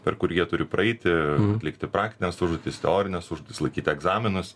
per kurį jie turi praeiti atlikti praktines užduotis teorines užduotis laikyti egzaminus